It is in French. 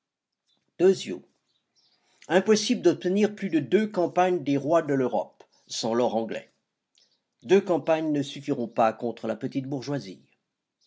impossible d'obtenir plus de deux campagnes des rois de l'europe sans l'or anglais et deux campagnes ne suffiront pas contre la petite bourgeoisie